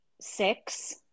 six